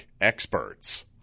experts